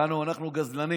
יענו, אנחנו גזלנים,